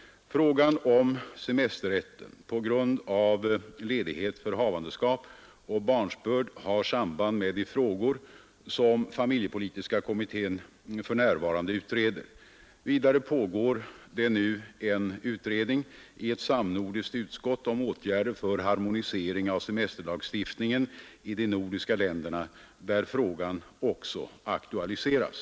Frågan om semesterrätten på grund av ledighet för havandeskap och barnsbörd har samband med de frågor som familjepolitiska kommittén för närvarande utreder. Vidare pågår det nu en utredning i ett samnordiskt utskott om åtgärder för harmonisering av semesterlagstiftningen i de nordiska länderna, där frågan också aktualiseras.